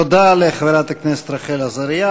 תודה לחברת הכנסת רחל עזריה.